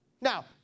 Now